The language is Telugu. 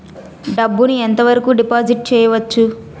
డబ్బు ను ఎంత వరకు డిపాజిట్ చేయవచ్చు?